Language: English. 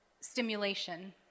stimulation